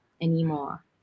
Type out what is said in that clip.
anymore